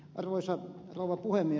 arvoisa rouva puhemies